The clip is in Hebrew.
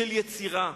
של יצירה,